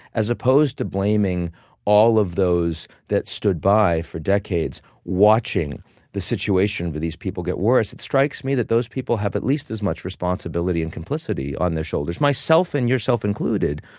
as opposed to blaming all of those that stood by for decades watching the situation for these people get worse, it strikes me that those people have at least as much responsibility and complicity on their shoulders, myself and yourself included,